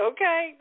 Okay